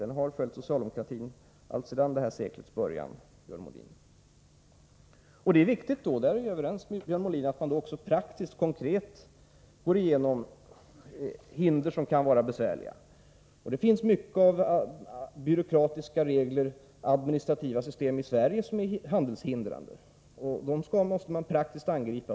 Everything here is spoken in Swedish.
Den har följt socialdemokratin alltsedan det här seklets början, Björn Molin. Det är viktigt att — där är jag överens med Björn Molin — praktiskt och konkret gå igenom hinder som kan vara besvärliga. Det finns mycket av byråkratiska regler och administrativa system i Sverige som är handelshindrande. Dem måste man praktiskt angripa.